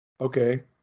Okay